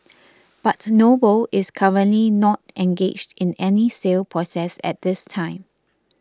but Noble is currently not engaged in any sale process at this time